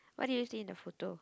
what did you see in the photo